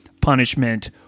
punishment